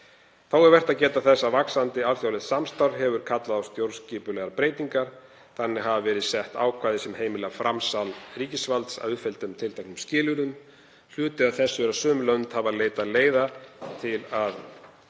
Þá er vert að geta þess að vaxandi alþjóðlegt samstarf hefur kallað á stjórnskipulegar breytingar. Þannig hafa verið sett ákvæði sem heimila framsal ríkisvalds að uppfylltum tilteknum skilyrðum. Hluti af þessu er að sum lönd hafa leitað leiða til að